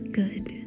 good